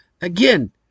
again